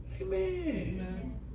Amen